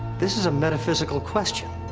this is a metaphysical question.